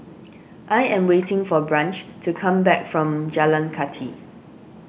I am waiting for Branch to come back from Jalan Kathi